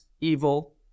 evil